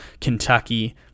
Kentucky